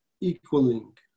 equaling